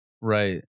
Right